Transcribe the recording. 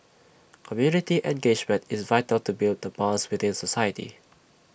community engagement is vital to build the bonds within society